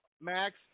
Max